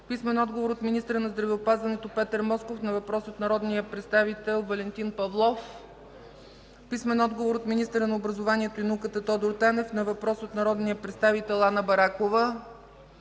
Вигенин; - министъра на здравеопазването Петър Москов на въпрос от народния представител Валентин Павлов; - министъра на образованието и науката Тодор Танев на въпрос от народния представител Ана Баракова;